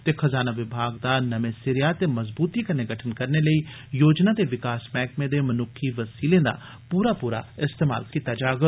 ते खजाना विभाग दा नमें सिरेया ते मजबूत कन्ने गठन करने लेई योजना ते विकास मैहकमें दे मनुक्खी वसीले दा पूरा पूरा इस्तमाल कीता जाग